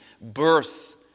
birth